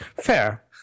Fair